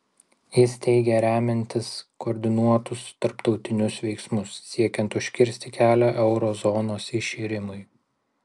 jis teigė remiantis koordinuotus tarptautinius veiksmus siekiant užkirsti kelią euro zonos iširimui